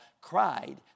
cried